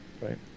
Right